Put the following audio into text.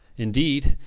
indeed,